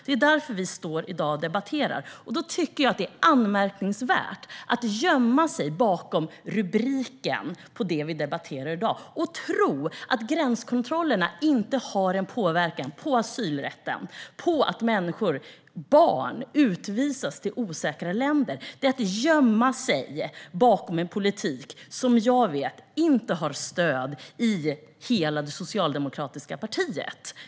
Det är anmärkningsvärt att gömma sig bakom rubriken på det vi debatterar i dag och tro att gränskontrollerna inte har en påverkan på asylrätten och på att barn utvisas till osäkra länder. Det är att gömma sig bakom en politik som jag vet inte har stöd i hela det socialdemokratiska partiet.